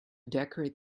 decorate